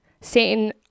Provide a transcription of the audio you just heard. Satan